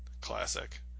classic